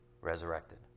resurrected